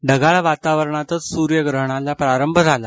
ढगाळ वातावरणातच सूर्यग्रहणाला प्रारंभ झाला